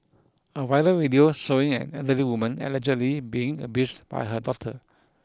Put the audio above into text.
a viral video showing an elderly woman allegedly being abused by her daughter